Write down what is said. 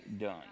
done